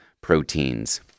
proteins